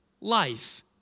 life